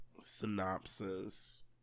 synopsis